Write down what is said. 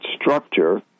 structure